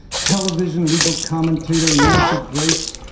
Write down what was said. television legal commentator nancy grace,